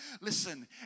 Listen